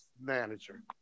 manager